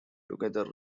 together